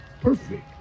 perfect